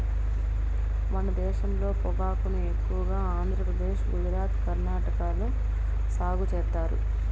మన దేశంలో పొగాకును ఎక్కువగా ఆంధ్రప్రదేశ్, గుజరాత్, కర్ణాటక లో సాగు చేత్తారు